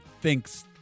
thinks